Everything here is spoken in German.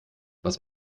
was